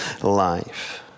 life